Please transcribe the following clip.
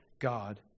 God